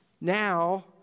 now